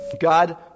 God